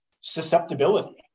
susceptibility